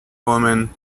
woman